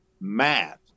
math